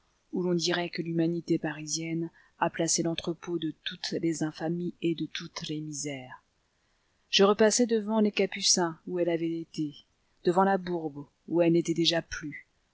où l'on dirait que l'humanité parisienne a placé l'entrepôt de toutes les infamies et de toutes les misères je repassai devant les capucins où elle avait été devant la bourbe où elle n'était déjà plus